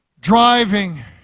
driving